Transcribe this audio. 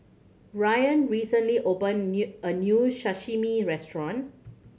Rylan recently open a new Sashimi Restaurant